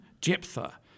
Jephthah